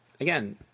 Again